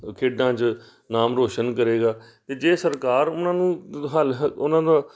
ਖੇਡਾਂ 'ਚ ਨਾਮ ਰੋਸ਼ਨ ਕਰੇਗਾ ਅਤੇ ਜੇ ਸਰਕਾਰ ਉਹਨਾਂ ਨੂੰ ਹੱਲ ਹ ਉਹਨਾਂ ਦਾ